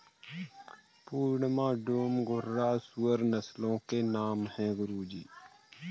पूर्णिया, डूम, घुर्राह सूअर नस्लों के नाम है गुरु जी